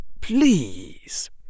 please